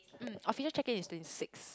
mm official check in is twenty six